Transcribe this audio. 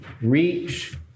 reach